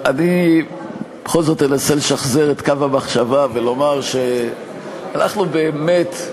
אני בכל זאת אנסה לשחזר את קו המחשבה ולומר שאנחנו באמת,